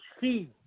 see